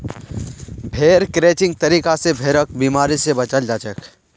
भेड़ क्रचिंग तरीका स भेड़क बिमारी स बचाल जाछेक